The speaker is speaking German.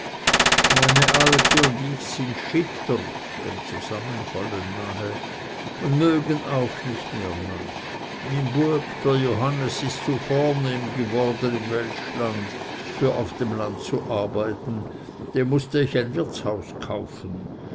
meine alte und ich sind schitter und mögen nicht mehr nach my bueb der johannes ist zu vornehm geworden im weltschland für auf dem land zu arbeiten dem mußte ich ein wirtshaus kaufen